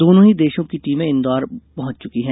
दोनों ही देशों की टीमें इंदौर पहुंच चुकी है